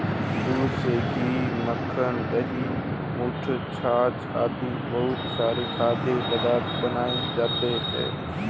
दूध से घी, मक्खन, दही, मट्ठा, छाछ आदि बहुत सारे खाद्य पदार्थ बनाए जाते हैं